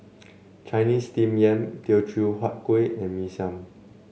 Chinese Steamed Yam Teochew Huat Kuih and Mee Siam